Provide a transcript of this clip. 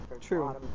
True